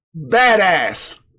Badass